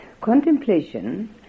Contemplation